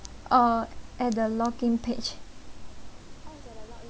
oh at the login page